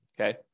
Okay